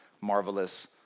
marvelous